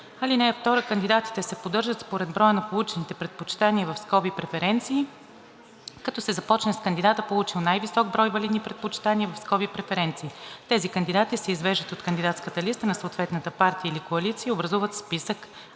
№ 1. (2) Кандидатите се подреждат според броя на получените предпочитания (преференции), като се започне с кандидата, получил най-висок брой валидни предпочитания (преференции). Тези кандидати се изваждат от кандидатската листа на съответната партия или коалиция и образуват списък